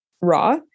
raw